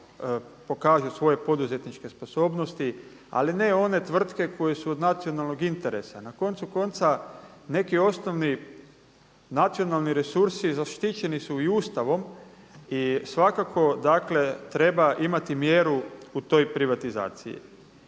pokažu svoje poduzetničke sposobnosti ali ne one tvrtke koje su od nacionalnog interesa. Na koncu konca neki osnovni nacionalni resursi zaštićeni su i Ustavom i svakako dakle treba imati mjeru u toj privatizaciji.